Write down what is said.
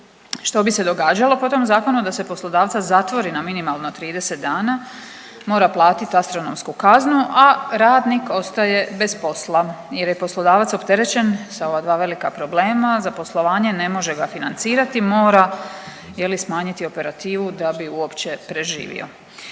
što bi se događalo po tom zakonu da se poslodavca zatvori na minimalno 30 dana, mora platit astronomsku kaznu, a radnik ostaje bez posla jer je poslodavac opterećen sa ova dva velika problema za poslovanje, ne može ga financirati, mora je li smanjiti operativu da bi uopće preživio.